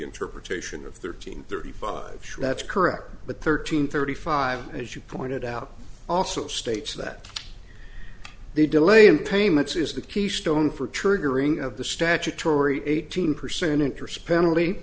interpretation of thirteen thirty five that's correct but thirteen thirty five as you pointed out also states that the delay in payments is the keystone for triggering of the statutory eighteen percent interest penalty